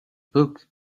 book